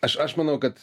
aš aš manau kad